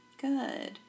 good